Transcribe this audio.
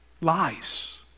lies